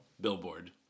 billboard